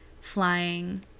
flying